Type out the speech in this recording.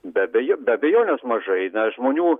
be abejo be abejonės mažai žmonių